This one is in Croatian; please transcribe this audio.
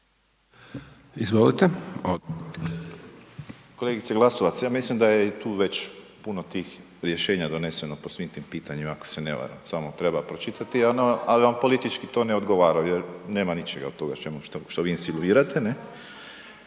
(HDZ)** Kolegice Glasovac, ja mislim da je i tu već puno tih rješenja doneseno po svim tim pitanjima, ako se ne varam, samo treba pročitati, ali vam politički to ne odgovara jer nema ničega u tome što vi insinuirate,